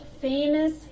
famous